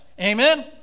Amen